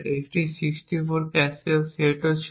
এটিতে 64টি ক্যাশে সেটও ছিল